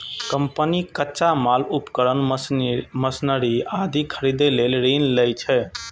company कच्चा माल, उपकरण, मशीनरी आदि खरीदै लेल ऋण लै छै